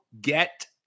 get